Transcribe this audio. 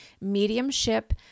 mediumship